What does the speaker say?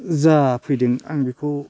जा फैदों आं बेखौ